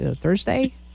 Thursday